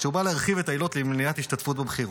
שבא להרחיב את העילות למניעת השתתפות בבחירות.